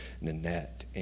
Nanette